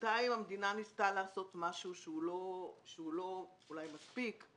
בינתיים המדינה ניסתה לעשות משהו שהוא אולי לא מספיק,